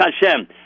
Hashem